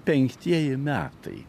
penktieji metai